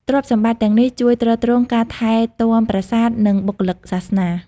ទ្រព្យសម្បត្តិទាំងនេះជួយទ្រទ្រង់ការថែទាំប្រាសាទ និងបុគ្គលិកសាសនា។